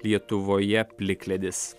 lietuvoje plikledis